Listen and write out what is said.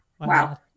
wow